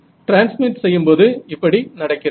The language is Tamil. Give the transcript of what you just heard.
ட்ரான்ஸ்மிட் செய்யும்போது இப்படி நடக்கிறது